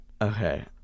Okay